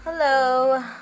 Hello